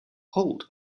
holt